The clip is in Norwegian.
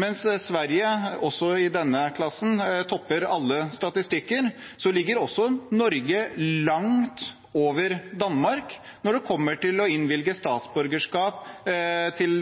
Mens Sverige også i denne klassen topper alle statistikker, ligger Norge langt over Danmark når det kommer til å innvilge statsborgerskap til